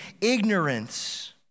ignorance